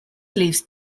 leaves